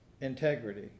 integrity